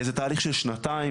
זה תהליך של שנתיים,